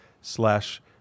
slash